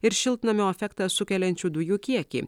ir šiltnamio efektą sukeliančių dujų kiekį